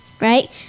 right